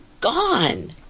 gone